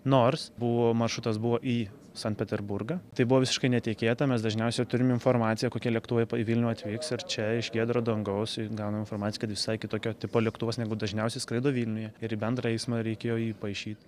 nors buvo maršrutas buvo į sankt peterburgą tai buvo visiškai netikėta mes dažniausiai turim informaciją kokie lėktuvai į vilnių atvyks ir čia iš giedro dangaus gaunam informaciją kad visai kitokio tipo lėktuvas negu dažniausiai skraido vilniuje ir į bendrą eismą reikėjo jį įpaišyt